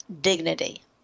dignity